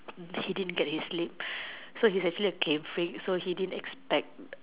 he didn't get his sleep so he's actually a game freak so he didn't expect